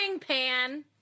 pan